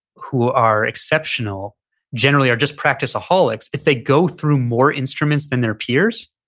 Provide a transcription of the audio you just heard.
who are exceptional generally are just practiceaholics, if they go through more instruments than their peers.